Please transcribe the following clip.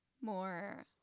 more